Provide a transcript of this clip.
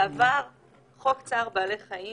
בעבר חוק צער בעלי חיים